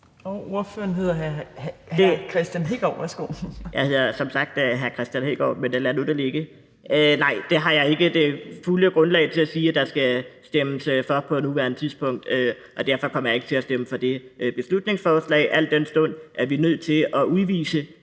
Værsgo. Kl. 12:00 Kristian Hegaard (RV): Jeg hedder som sagt hr. Kristian Hegaard, men lad nu det ligge. Nej, det har jeg ikke det fulde grundlag for at kunne sige at der skal stemmes for på nuværende tidspunkt, og derfor kommer jeg ikke til at stemme for det beslutningsforslag, al den stund vi er nødt til at udvise